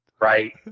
Right